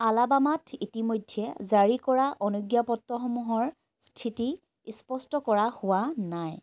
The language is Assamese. আলাবামাত ইতিমধ্যে জাৰি কৰা অনুজ্ঞাপত্ৰসমূহৰ স্থিতি স্পষ্ট কৰা হোৱা নাই